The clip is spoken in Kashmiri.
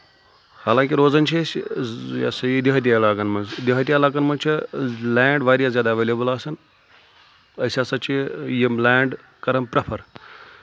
حالانٛکہِ روزَان چھِ أسۍ یہِ ہَسا یہِ دِہٲتی علاقَن منٛز دِہٲتی علاقَن منٛز چھِ لینٛڈ واریاہ زیادٕ اؠویلیبٕل آسان أسۍ ہَسا چھِ یِم لینٛڈ کَران پریٚفَر